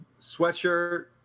sweatshirt